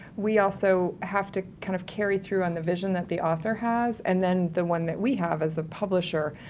we also have to kind of carry through on the vision that the author has, and then the one that we have as a publisher,